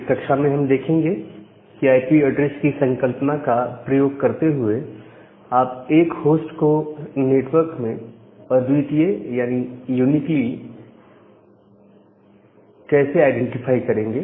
इस कक्षा में हम देखेंगे कि आईपी एड्रेस की संकल्पना का प्रयोग करते हुए आप एक होस्ट को नेटवर्क में अद्वितीय तौर पर कैसे आईडेंटिफाई करेंगे